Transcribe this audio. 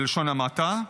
בלשון המעטה,